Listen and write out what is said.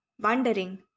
wondering